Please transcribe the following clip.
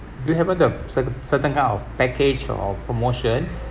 do you happen to have a certain certain kind of package or promotion